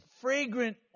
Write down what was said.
fragrant